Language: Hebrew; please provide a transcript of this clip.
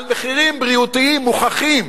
על מחירים בריאותיים מוכחים.